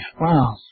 wow